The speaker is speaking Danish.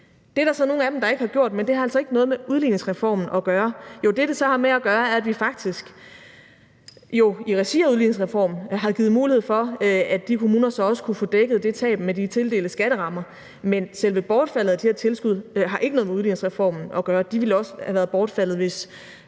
altså ikke noget med udligningsreformen at gøre. Jo, det, som det så har med det at gøre, er jo faktisk, at vi i regi af udligningsreformen har givet mulighed for, at de kommuner så også kunne få dækket det tab med de tildelte skatterammer. Men selve bortfaldet af de her tilskud har ikke noget med udligningsreformen at gøre. De ville også være bortfaldet, hvis